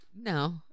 No